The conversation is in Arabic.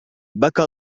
بكى